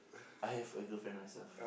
I have a girlfriend myself